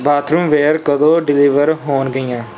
bathroom ware ਕਦੋਂ deliver ਹੋਣ ਗੀਆਂ